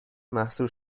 محصور